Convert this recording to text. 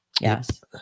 Yes